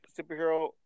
superhero